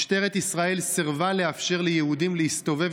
משטרת ישראל סירבה לאפשר ליהודים להסתובב